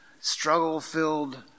struggle-filled